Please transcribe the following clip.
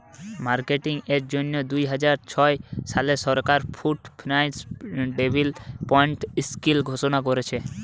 marketing এর জন্যে দুইহাজার ছয় সালে সরকার পুল্ড ফিন্যান্স ডেভেলপমেন্ট স্কিং ঘোষণা কোরেছে